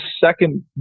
second